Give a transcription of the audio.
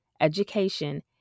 education